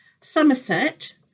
Somerset